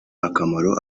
akamaro